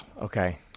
Okay